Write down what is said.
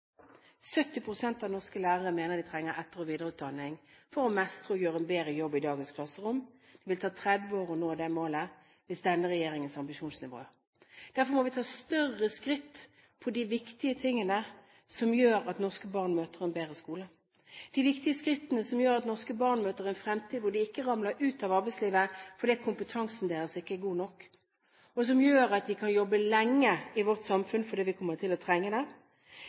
av norske lærere mener de trenger etter- og videreutdanning for å mestre jobben og gjøre en bedre jobb i dagens klasserom. Det vil ta 30 år å nå det målet med denne regjeringens ambisjonsnivå. Derfor må vi ta større skritt for de viktige tingene som gjør at norske barn møter en bedre skole – de viktige skrittene som gjør at norske barn møter en fremtid hvor de ikke faller utenfor arbeidslivet fordi kompetansen deres ikke er god nok, og som gjør at de kan jobbe lenge i vårt samfunn fordi vi kommer til å trenge det.